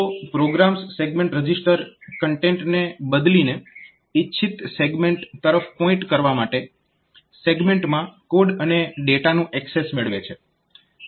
તો programs segment register કન્ટેન્ટને બદલીને ઈચ્છીત સેગમેન્ટ તરફ પોઇન્ટ કરવા માટે સેગમેન્ટમાં કોડ અને ડેટાનું એક્સેસ મેળવે છે